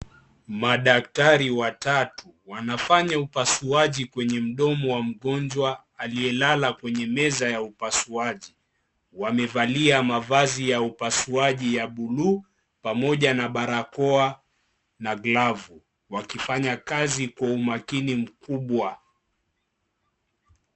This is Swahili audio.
Madaktari watatu, wanafanya upasuaji kwenye mdomo wa mgonjwa, aliyelala kwenye meza ya upasuaji. Wamevalia mavazi ya upasuaji ya buluu, pamoja na barakoa na glovu, wakifanya kazi kwa umakini mkubwa.